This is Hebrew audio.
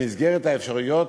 במסגרת האפשרויות,